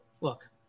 look